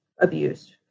abused